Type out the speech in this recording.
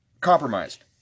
compromised